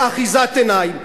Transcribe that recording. אחיזת עיניים.